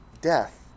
death